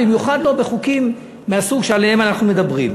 במיוחד לא בחוקים מהסוג שעליו אנחנו מדברים.